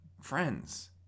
Friends